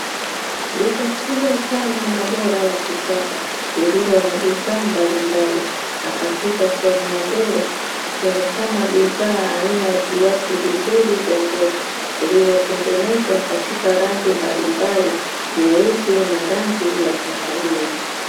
Duka kubwa sana na bora la kisasa lililo na bidhaa mbalimbali na katika sehemu ya mbele kukionekana bidhaa aina ya viatu vizuri vya ngozi, vilivyo tengenezwa katika rangi mbalimbali nyeusi na rangi ya kahawia.